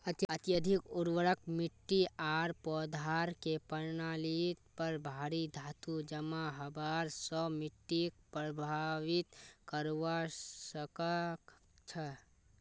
अत्यधिक उर्वरक मिट्टी आर पौधार के प्रणालीत पर भारी धातू जमा हबार स मिट्टीक प्रभावित करवा सकह छह